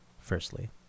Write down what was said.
firstly